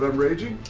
ah raging?